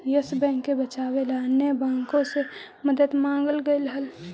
yes Bank के बचावे ला अन्य बाँकों से मदद मांगल गईल हल